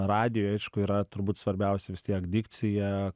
radijui aišku yra turbūt svarbiausia vis tiek dikcija